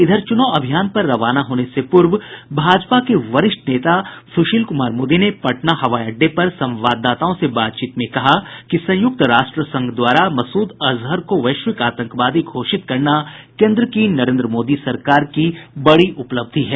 इधर चुनाव अभियान पर रवाना होने से पूर्व भाजपा के वरिष्ठ नेता सुशील कुमार मोदी ने पटना हवाई अड्डे पर संवाददाताओं से बातचीत में कहा कि संयुक्त राष्ट्र संघ द्वारा मसूद अजहर को वैश्विक आतंकी घोषित करना नरेन्द्र मोदी सरकार की बड़ी उपलब्धि है